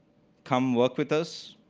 come work with us.